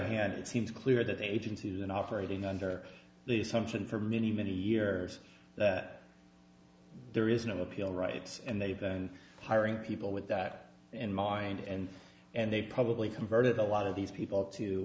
hand it seems clear that agencies and operating under the assumption for many many years there is no appeal rights and they've been hiring people with that in mind and and they probably converted a lot of these people to